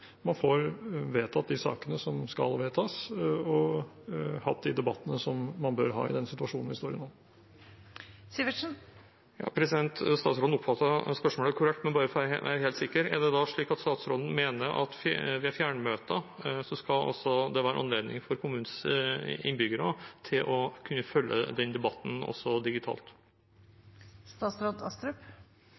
man får vedtatt de sakene som skal vedtas, og hatt de debattene som man bør ha, i den situasjonen vi står i nå. Statsråden oppfattet spørsmålet korrekt, men bare for å være helt sikker: Er det da slik at statsråden mener at det ved fjernmøter skal være anledning for kommunens innbyggere til å kunne følge den debatten også